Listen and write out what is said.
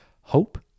hope